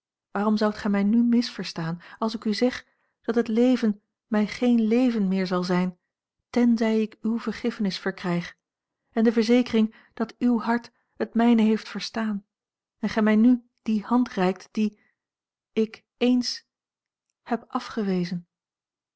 waarom zoudt gij mij nu misverstaan als ik u zeg dat het leven mij geen leven meer zal zijn tenzij ik uwe vergiffenis verkrijg en de verzekering dat uw hart het mijne heeft verstaan en gij mij nu die hand reikt die ik eens heb afgewezen